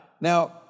now